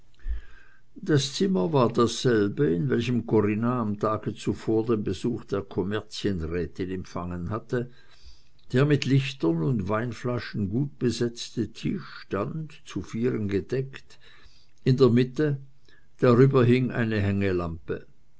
das zimmer war dasselbe in welchem corinna am tage zuvor den besuch der kommerzienrätin empfangen hatte der mit lichtern und weinflaschen gut besetzte tisch stand zu vieren gedeckt in der mitte darüber hing eine hängelampe